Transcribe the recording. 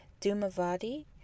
Dumavadi